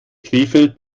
krefeld